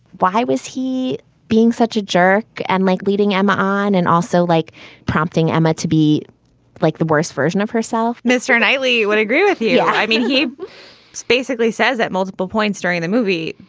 why was he being such a jerk? and like leading emma on and also like prompting emma to be like the worst version of herself mr knightley would agree with you yeah i mean, he basically says at multiple points during the movie.